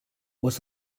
was